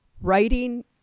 writing